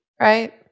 Right